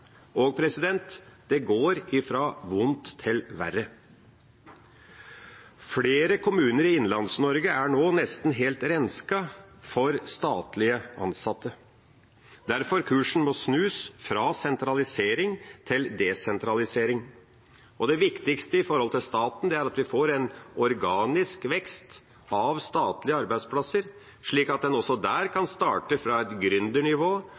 og det går fra vondt til verre. Flere kommuner i Innlands-Norge er nå nesten helt rensket for statlig ansatte. Derfor må kursen snus – fra sentralisering til desentralisering. Det viktigste med hensyn til staten er at vi får en organisk vekst av statlige arbeidsplasser, slik at en også der kan starte fra et